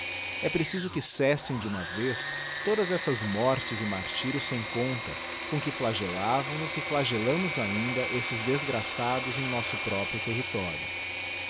e preciso que cessem de uma vez todas estas mortes e martyrios sem conta com que âagellavamos e âagellamos ainda esses desgraçados em nosso próprio território